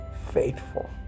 faithful